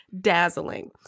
dazzling